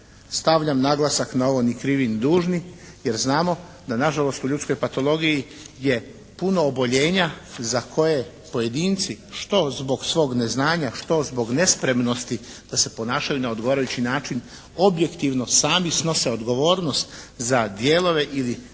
Stavljam naglasak na ovo "ni krivi ni dužni" jer znamo da nažalost u ljudskoj patologiji je puno oboljenja za koje pojedinci što zbog svog neznanja, što zbog nespremnosti da se ponašaju na odgovarajući način objektivno sami snose odgovornost za dijelove ili